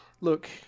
look